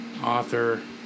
author